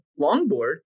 longboard